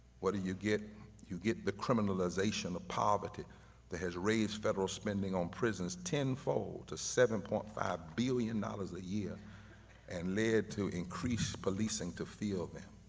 what do you get? you get the criminalization of poverty that has raised federal spending on prisons tenfold to seven point five billion dollars a year and led to increased policing to fill them.